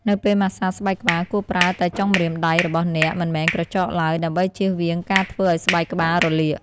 នៅពេលម៉ាស្សាស្បែកក្បាល គួរប្រើតែចុងម្រាមដៃរបស់អ្នក មិនមែនក្រចកឡើយ ដើម្បីជៀសវាងការធ្វើឲ្យស្បែកក្បាលរលាក។